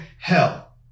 hell